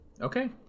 Okay